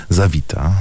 zawita